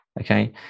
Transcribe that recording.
okay